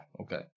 Okay